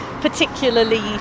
particularly